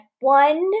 one